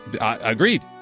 Agreed